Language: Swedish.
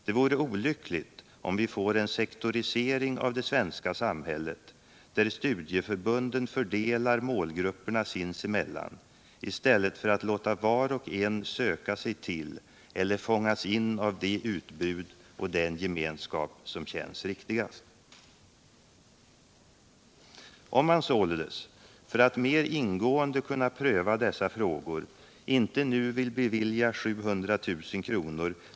Det vore olyckligt om vi får en sektorisering av det svenska samhället, där studieförbunden fördelar målgrupperna sinsemellan i stället för att låta var och en söka sig till eller fångas in av det utbud och den gemenskap som känns riktigast. Om man således, för att mer ingående kunna pröva dessa frågor, inte nu vill bevilja 700 000 kr.